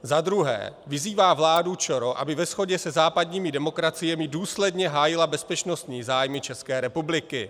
2. vyzývá vládu ČR, aby ve shodě se západními demokraciemi důsledně hájila bezpečnostní zájmy České republiky.